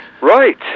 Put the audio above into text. right